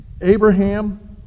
Abraham